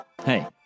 Hey